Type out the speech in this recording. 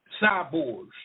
cyborgs